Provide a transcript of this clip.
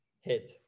Hit